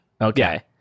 Okay